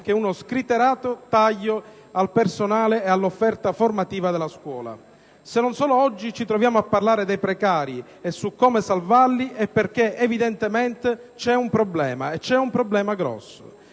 che uno scriteriato taglio al personale e all'offerta formativa della scuola. Se solo oggi ci troviamo a parlare dei precari e su come salvarli è perché, evidentemente, c'è un problema, e grande; è